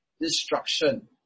destruction